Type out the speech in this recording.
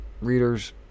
readers